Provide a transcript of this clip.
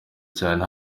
cyane